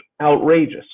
outrageous